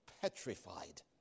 petrified